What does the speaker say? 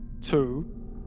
two